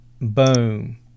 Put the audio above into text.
Boom